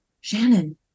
Shannon